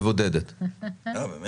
תודה.